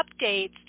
updates